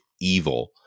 evil